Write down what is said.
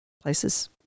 places